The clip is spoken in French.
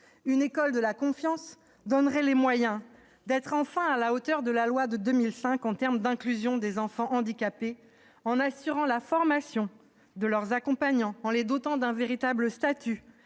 Une école de la confiance se donnerait aussi les moyens d'être enfin à la hauteur de la loi de 2005 pour l'inclusion des enfants handicapés, en assurant la formation de leurs accompagnants, en dotant ceux-ci d'un véritable statut